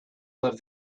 love